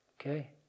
Okay